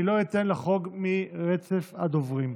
אני לא אתן לחרוג מרצף הדוברים.